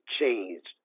changed